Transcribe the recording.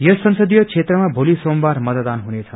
यस संसदीय क्षेत्रमा भोलि सोमवार मतदान हुनेछ